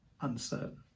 uncertain